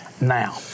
now